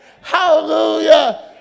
Hallelujah